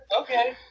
Okay